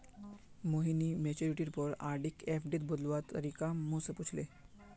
मोहिनी मैच्योरिटीर पर आरडीक एफ़डीत बदलवार तरीका मो से पूछले